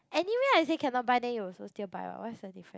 anyway I say cannot buy then you also still buy what what's the different